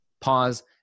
Pause